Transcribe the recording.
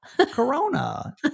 corona